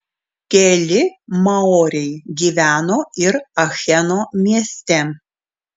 keli maoriai gyveno ir acheno mieste